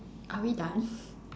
are we done